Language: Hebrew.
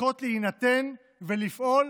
צריכות להינתן ולפעול